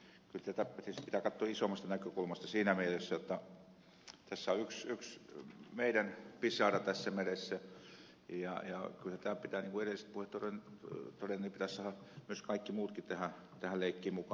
kyllä tätä siis pitää katsoa isommasta näkökulmasta siinä mielessä jotta tässä on yksi meidän pisara tässä meressä ja kyllä niin kuin edelliset puhujat ovat todenneet pitäisi saada myös kaikki muutkin tähän leikkiin mukaan